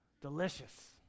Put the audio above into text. Delicious